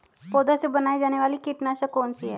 पौधों से बनाई जाने वाली कीटनाशक कौन सी है?